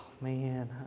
man